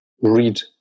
read